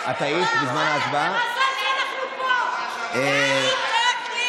לוועדת החוץ והביטחון נתקבלה.